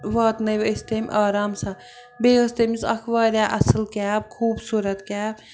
واتنٲو أسۍ تٔمۍ آرام سان بیٚیہِ ٲس تٔمِس اَکھ واریاہ اَصٕل کیب خوٗبصوٗرت کیب